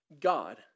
God